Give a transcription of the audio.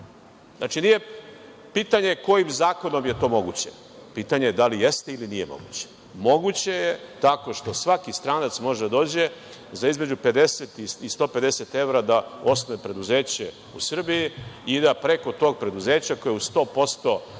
nije pitanje kojim zakonom je to moguće, pitanje je da li jeste ili nije moguće. Moguće je tako što svaki stranac može da dođe, za između 50 i 150 evra da osnuje preduzeće u Srbiji i da preko tog preduzeća koje je u 100%